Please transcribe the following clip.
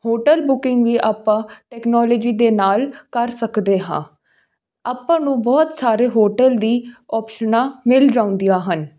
hotel booking ਵੀ ਆਪਾਂ technology ਦੇ ਨਾਲ ਕਰ ਸਕਦੇ ਹਾਂ ਆਪਾਂ ਨੂੰ ਬਹੁਤ ਸਾਰੇ ਹੋਟਲ ਦੀ ਓਪਸ਼ਨਾਂ ਮਿਲ ਜਾਂਦੀਆਂ ਹਨ